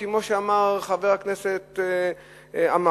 כמו שאמר חבר הכנסת עמאר,